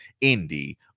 Indy